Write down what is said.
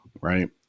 Right